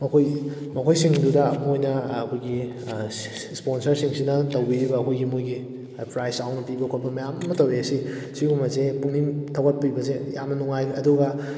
ꯃꯈꯣꯏ ꯃꯈꯣꯏꯁꯤꯡꯗꯨꯗ ꯃꯣꯏꯅ ꯑꯩꯈꯣꯏꯒꯤ ꯏꯁꯄꯣꯟꯁꯔꯁꯤꯡꯁꯤꯅ ꯇꯧꯕꯤꯔꯤꯕ ꯑꯩꯈꯣꯏꯒꯤ ꯃꯣꯏꯒꯤ ꯄ꯭ꯔꯥꯏꯖ ꯆꯥꯎꯅ ꯄꯤꯕ ꯈꯣꯠꯄ ꯃꯌꯥꯝ ꯑꯃ ꯇꯧꯏ ꯁꯤ ꯁꯤꯒꯨꯝꯕꯁꯦ ꯄꯨꯛꯅꯤꯡ ꯊꯧꯒꯠꯄꯤꯕꯁꯦ ꯌꯥꯝꯅ ꯅꯨꯡꯉꯥꯏ ꯑꯗꯨꯒ